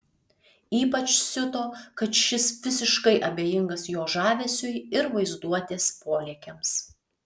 ypač siuto kad šis visiškai abejingas jo žavesiui ir vaizduotės polėkiams